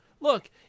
look